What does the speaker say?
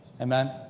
Amen